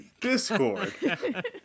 Discord